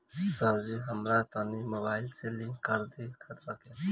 सरजी हमरा तनी मोबाइल से लिंक कदी खतबा के